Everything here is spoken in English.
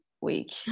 week